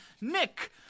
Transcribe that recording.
Nick